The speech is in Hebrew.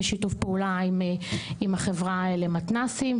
יש שיתוף פעולה עם החברה למתנ"סים,